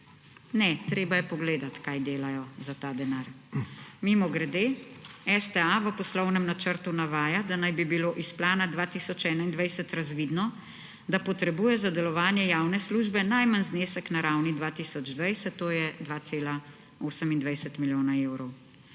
Ne, treba je pogledati, kaj delajo za ta denar. Mimogrede, STA v poslovnem načrtu navaja, da naj bi bilo iz plana 2021 razvidno, da potrebuje za delovanje javne službe najmanj znesek na ravni 2020, to je 2,28 milijona evrov.